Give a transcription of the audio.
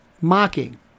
mocking